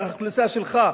האוכלוסייה שלך,